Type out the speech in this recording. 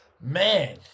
man